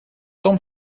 том